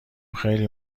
خیلی